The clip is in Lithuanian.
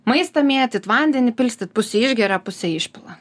maistą mėtyt vandenį pilstyt pusė išgeria pusę išpila